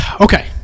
Okay